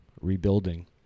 rebuilding